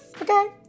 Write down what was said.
Okay